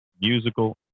musical